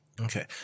Okay